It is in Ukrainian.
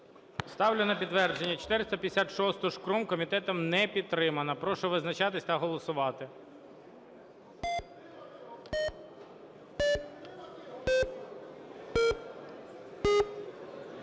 Ставлю на підтвердження 456-у Шкрум. Комітетом не підтримана. Прошу визначатись та голосувати.